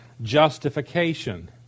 justification